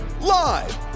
live